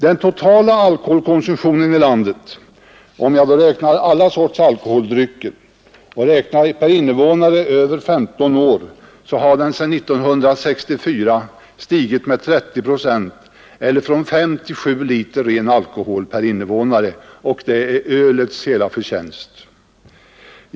Den totala alkoholkonsumtionen i landet — om man räknar alla sorters alkoholhaltiga drycker och räknar per invånare över 15 år — har sedan 1964 stigit med 30 procent, eller från fem till sju liter alkohol per invånare. Och det är mellanölets förtjänst!